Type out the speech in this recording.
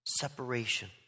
Separation